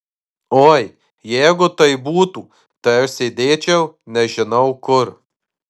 oi jeigu taip būtų tai aš sėdėčiau nežinau kur